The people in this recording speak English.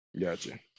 Gotcha